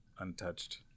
untouched